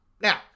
Now